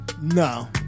No